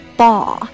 ball